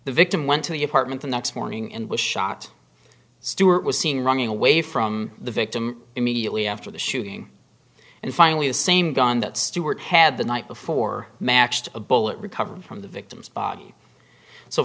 the victim went to the apartment the next morning and was shot stewart was seen running away from the victim immediately after the shooting and finally the same gun that stewart had the night before matched a bullet recovered from the victim's body so